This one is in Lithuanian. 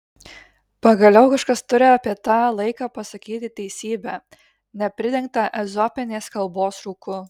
pagaliau kažkas turi apie tą laiką pasakyti teisybę nepridengtą ezopinės kalbos rūku